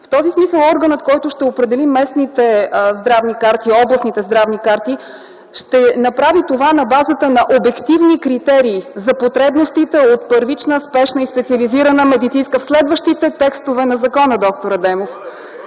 В този смисъл органът, който ще определи местните здравни карти, областните здравни карти, ще направи това на базата на обективни критерии за потребностите от първична спешна и специализирана медицинска ... (Реплика от народния представител